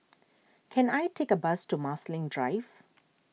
can I take a bus to Marsiling Drive